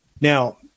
Now